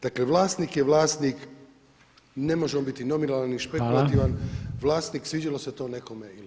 Dakle vlasnik je vlasnik, ne može on biti nominalan i špekulativan vlasnik sviđalo se to nekome ili ne.